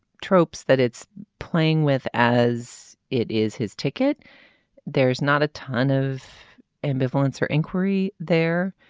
tropes that it's playing with as it is his ticket there's not a ton of ambivalence or inquiry there.